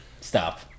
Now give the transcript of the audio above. Stop